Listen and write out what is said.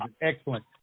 excellent